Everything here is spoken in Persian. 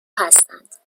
هستند